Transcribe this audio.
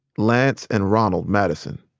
lance and ronald madison.